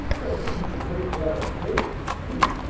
well, didn't she hurt yours first? sweet!